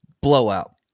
Blowout